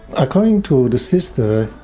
according to the sister,